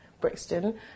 Brixton